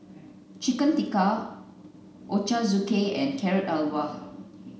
chicken Tikka Ochazuke and Carrot Halwa